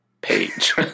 page